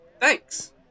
thanks